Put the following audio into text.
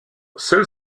seule